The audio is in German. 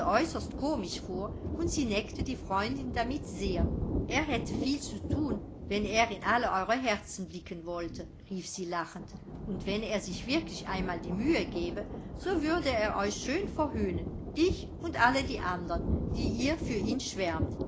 äußerst komisch vor und sie neckte die freundin damit sehr er hätte viel zu thun wenn er in alle eure herzen blicken wollte rief sie lachend und wenn er sich wirklich einmal die mühe gäbe so würde er euch schön verhöhnen dich und alle die andern die ihr für ihn schwärmt